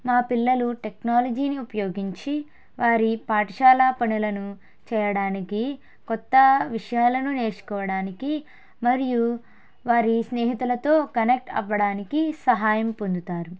నా పిల్లలు టెక్నాలజీని ఉపయోగించి వారి పాఠశాల పనులను చేయడానికి కొత్త విషయాలను నేర్చుకోవడానికి మరియు వారి స్నేహితులతో కనెక్ట్ అవ్వడానికి సహాయం పొందుతారు